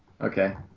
Okay